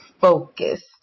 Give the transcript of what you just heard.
focus